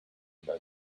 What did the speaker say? about